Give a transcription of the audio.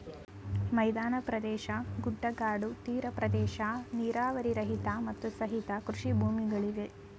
ಮೈದಾನ ಪ್ರದೇಶ, ಗುಡ್ಡಗಾಡು, ತೀರ ಪ್ರದೇಶ, ನೀರಾವರಿ ರಹಿತ, ಮತ್ತು ಸಹಿತ ಕೃಷಿ ಭೂಮಿಗಳಿವೆ